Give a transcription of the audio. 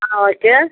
ஆ okay